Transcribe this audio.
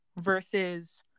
versus